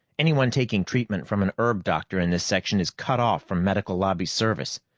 anyone taking treatment from an herb doctor in this section is cut off from medical lobby service.